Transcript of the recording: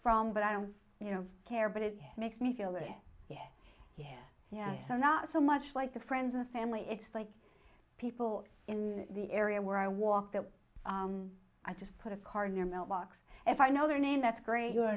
from but i don't you know care but it makes me feel it yeah yeah yeah so not so much like the friends of the family it's like people in the area where i walk that i just put a card in your mailbox if i know their name that's great you're